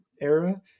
era